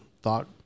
thought